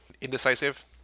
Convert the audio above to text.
Indecisive